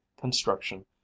construction